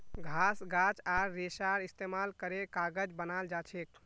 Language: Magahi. घास गाछ आर रेशार इस्तेमाल करे कागज बनाल जाछेक